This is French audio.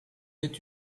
est